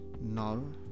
no